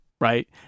right